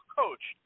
coach